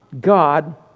God